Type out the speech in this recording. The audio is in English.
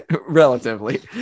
relatively